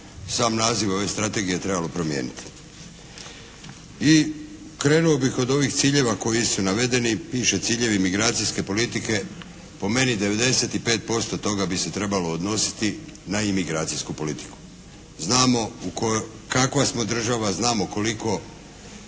sam naziv ove strategije trebalo promijeniti. I krenuo bih od ovih ciljeva koji su navedeni, piše ciljevi migracijske politike. Po meni 95% toga bi se trebalo odnositi na imigracijsku politiku. Znamo kakva smo država, znamo kakva